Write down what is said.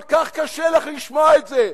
כל כך קשה לך לשמוע את זה.